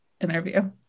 interview